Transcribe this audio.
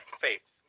faith